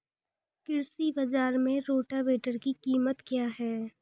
कृषि बाजार में रोटावेटर की कीमत क्या है?